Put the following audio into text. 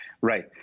right